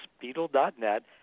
beetle.net